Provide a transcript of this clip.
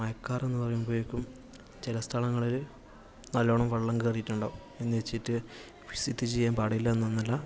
മഴക്കാലം എന്നു പറയുമ്പഴേക്കും ചില സ്ഥലങ്ങളില് നല്ലോണം വെള്ളം കയറിയിട്ടുണ്ടാകും എന്നുവച്ചിട്ട് വിസിറ്റ് ചെയ്യാൻ പാടില്ല എന്ന് ഒന്നും ഇല്ല